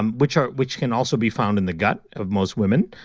um which ah which can also be found in the gut of most women.